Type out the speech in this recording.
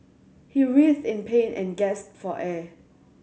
he writhed in pain and gasped for air